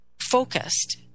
focused